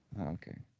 Okay